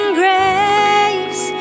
grace